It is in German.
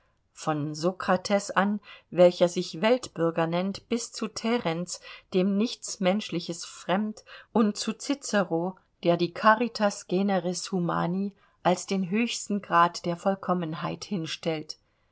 von sokrates an welcher sich weltbürger nennt bis zu terenz dem nichts menschliches fremd und zu cicero der die caritas generis humani als den höchsten grad der vollkommenheit hinstellt